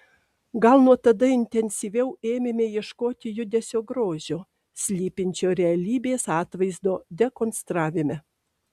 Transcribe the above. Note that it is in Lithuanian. gal nuo tada intensyviau ėmėme ieškoti judesio grožio slypinčio realybės atvaizdo dekonstravime